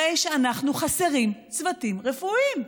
הרי שאנחנו חסרים צוותים רפואיים.